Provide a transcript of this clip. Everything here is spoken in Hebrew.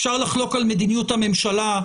אפשר לחלוק על מדיניות הממשלה,